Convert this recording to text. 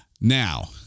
Now